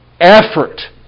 effort